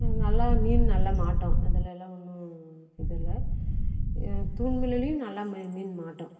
நல்லா மீன் நல்லா மாட்டும் அதுலெல்லாம் ஒன்றும் இது இல்லை தூண்டிமுள்ளுலையும் நல்லா மீன் மீன் மாட்டும்